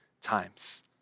times